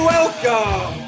Welcome